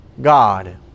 God